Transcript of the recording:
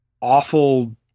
awful